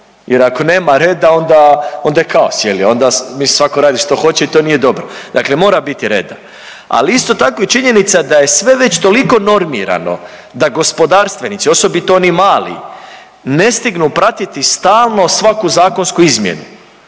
jer ako nema reda, onda je kaos, je li, onda, mislim svatko radi što hoće i to nije dobro. Dakle mora biti reda, ali isto tako je činjenica da je sve već toliko normirano da gospodarstvenici, osobito oni mali ne stignu pratiti stalno svaku zakonsku izmjenu.